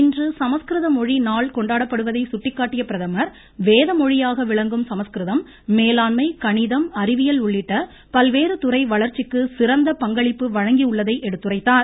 இன்று சமஸ்கிருத மொழி நாள் கொண்டாடப்படுவதை சுட்டிக்காட்டிய பிரதமர் வேத மொழியாக விளங்கும் சமஸ்கிருதம் மேலாண்மை கணிதம் அறிவியல் உள்ளிட்ட பல்வேறு துறை வளர்ச்சிக்கு சிறந்த பங்களிப்பு வழங்கியுள்ளதை எடுத்துரைத்தார்